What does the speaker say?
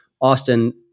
Austin